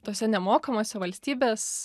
tose nemokamose valstybės